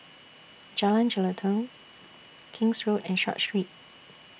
Jalan Jelutong King's Road and Short Street